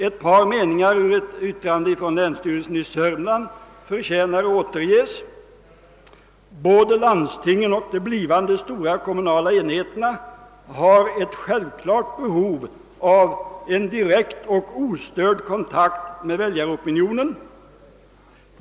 Ett par meningar ur referatet i propositionen av ett yttrande från länsstyrelsen i Södermanlands län förtjänar att återges: » Både landstingen och de blivande stora kommunala enheterna har ett självklart behov av en direkt och ostörd kontakt med väljaropinionen.